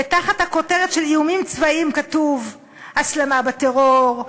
ותחת הכותרת "איומים צבאיים" כתוב: הסלמה בטרור,